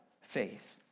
faith